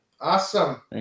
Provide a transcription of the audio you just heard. awesome